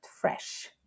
fresh